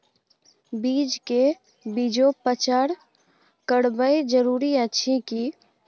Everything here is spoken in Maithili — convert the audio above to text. बीज के बीजोपचार करब जरूरी अछि की?